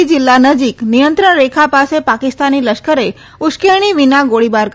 રાજારી જીલ્લા નજીક નિયંત્રણ રેખા પાસે પાકિસ્તાની લશ્કરે ઉશ્કેરણી વિના ગોળીબાર કર્યા